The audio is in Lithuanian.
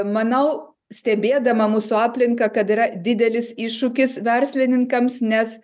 manau stebėdama mūsų aplinką kad yra didelis iššūkis verslininkams nes